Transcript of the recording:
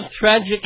tragic